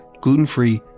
gluten-free